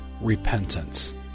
repentance